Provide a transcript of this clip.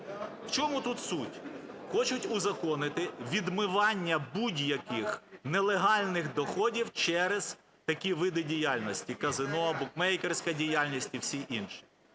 В чому тут суть? Хочуть узаконити відмивання будь-яких нелегальних доходів через такі види діяльності: казино, букмекерська діяльність і всі інші.